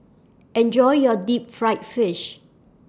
Enjoy your Deep Fried Fish